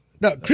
no